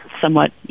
somewhat